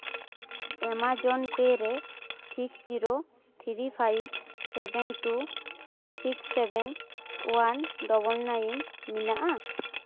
Amazon pay ᱨᱮ six zero three five seven two six seven one double nine ᱢᱮᱱᱟᱜᱼᱟ